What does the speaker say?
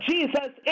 Jesus